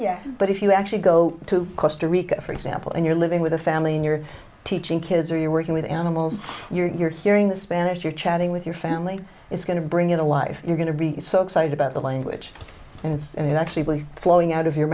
yeah but if you actually go to costa rica for example and you're living with a family and you're teaching kids or you're working with animals you're hearing the spanish you're chatting with your family it's going to bring it alive you're going to be so excited about the language it's actually flowing out of your